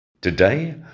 Today